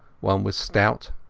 one was stout,